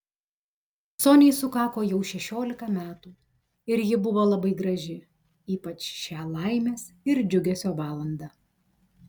soniai sukako jau šešiolika metų ir ji buvo labai graži ypač šią laimės ir džiugesio valandą